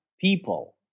people